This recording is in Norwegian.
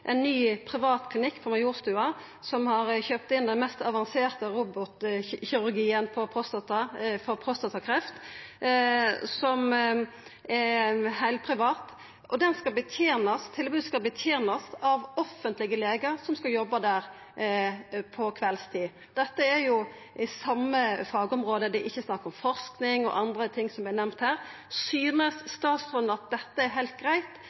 ein ny privat klinikk på Majorstua som har kjøpt inn den mest avanserte robotkirurgien for prostatakreft. Klinikken er heilprivat, og tilbodet skal betenast av offentlege legar som skal jobba der på kveldstid. Dette er jo det same fagområdet. Det er ikkje snakk om forsking og andre ting som er nemnt her. Synest statsråden det er heilt greitt at ein bruker offentlege legar på denne måten, eller ser han at dette ikkje er